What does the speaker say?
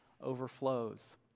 overflows